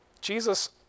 Jesus